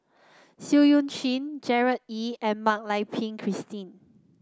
Seah Eu Chin Gerard Ee and Mak Lai Peng Christine